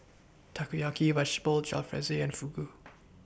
Takoyaki Jalfrezi and Fugu